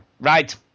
Right